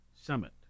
Summit